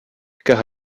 car